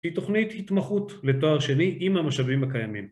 היא תוכנית התמחות לתואר שני עם המשאבים הקיימים